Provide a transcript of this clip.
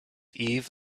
eve